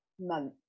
month